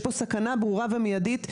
יש פה סכנה ברורה ומיידית,